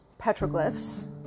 petroglyphs